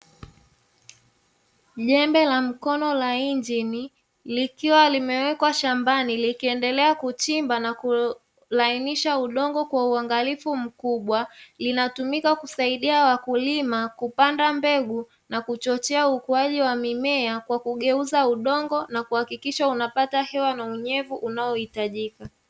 Jembe la mkono la injini likiwa limewekwa shambani likiendelea kuchimba na kulainisha udongo kwa uangalifu mkubwa, linatumika kusaidia wakulima kupanda mbegu na kuchochea ukuaji wa mimea kwa kugeuza udongo na kuhakikisha unapata hewa na unyevu unaohitajika.